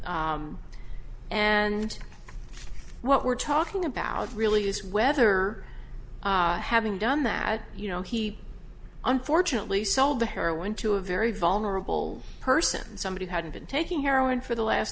and what we're talking about really is whether having done that you know he unfortunately sold the heroin to a very vulnerable person and somebody who hadn't been taking heroin for the last